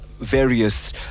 various